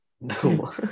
No